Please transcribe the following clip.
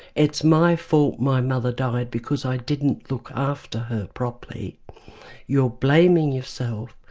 it's my fault my mother died because i didn't look after her properly you're blaming yourself,